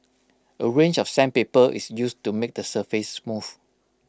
A range of sandpaper is used to make the surface smooth